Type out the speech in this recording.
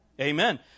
Amen